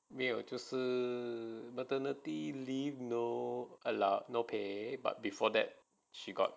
没有就是 maternity leave no allow no pay but before that she got